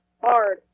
hard